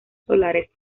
solares